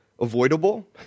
avoidable